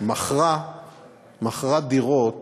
מכרה דירות